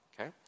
okay